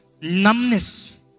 Numbness